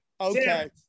okay